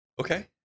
okay